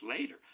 later